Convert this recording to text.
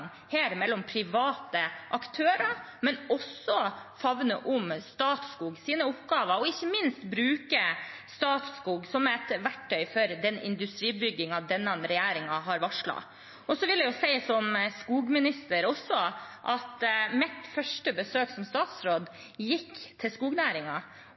mellom private aktører, men også favne om Statskogs oppgaver, og ikke minst bruke Statskog som et verktøy for den industribyggingen denne regjeringen har varslet. Som skogminister vil jeg også si at mitt første besøk som